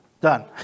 Done